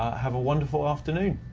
have a wonderful afternoon.